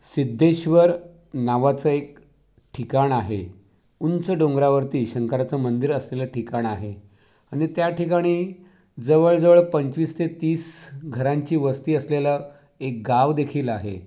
सिद्धेश्वर नावाचं एक ठिकाण आहे उंच डोंगरावरती शंकराचं मंदिर असलेलं ठिकाण आहे आणि त्या ठिकाणी जवळजवळ पंचवीस ते तीस घरांची वस्ती असलेलं एक गावदेखील आहे